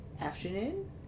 Afternoon